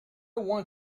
want